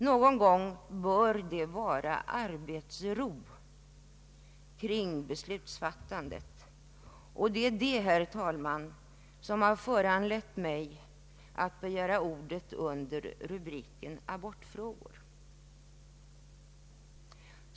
Någon gång bör det vara arbetsro kring beslutsfattandet, och det är också det, herr talman, som har föranlett mig att begära ordet under rubriken ”Abortfrågor”.